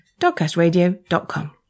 dogcastradio.com